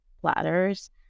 platters